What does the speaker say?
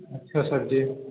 अच्छा सरजी